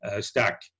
stack